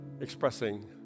expressing